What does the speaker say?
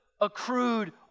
accrued